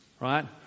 Right